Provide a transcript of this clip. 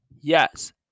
Yes